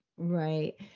right